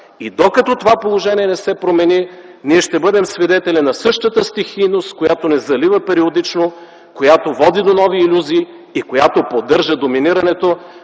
Докато това положение не се промени, ние ще бъдем свидетели на същата стихийност, която ни залива периодично, която води до нови илюзии и която поддържа доминирането